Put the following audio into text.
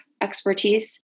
expertise